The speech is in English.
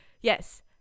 Yes